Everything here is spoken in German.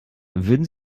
würden